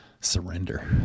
surrender